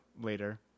later